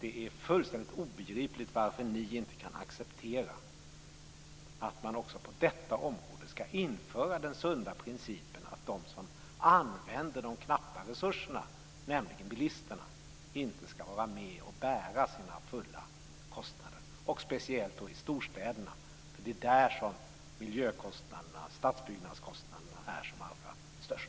Det är fullständigt obegripligt varför ni inte kan acceptera att man också på detta område ska införa den sunda principen att de som använder de knappa resurserna, nämligen bilisterna, ska vara med och bära sina fulla kostnader. Det gäller speciellt i storstäderna, eftersom det är där miljökostnaderna och stadsbyggnadskostnaderna är som allra störst.